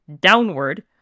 downward